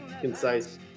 concise